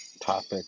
topic